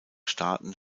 staaten